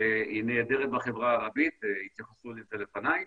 שהיא נעדרת בחברה הערבית, התייחסו לזה לפניי,